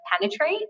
penetrate